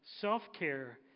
Self-care